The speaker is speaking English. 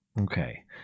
okay